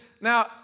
Now